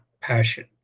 passion